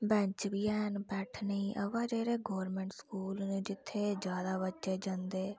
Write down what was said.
bench बी हैन बैठने गी हां बा जेह्ड़े गोरमैंट स्कूल न जित्थै जैदा बच्चे जंदे